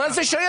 מה זה שייך?